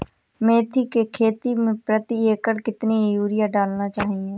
मेथी के खेती में प्रति एकड़ कितनी यूरिया डालना चाहिए?